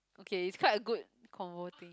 okay it's quite a good convo thing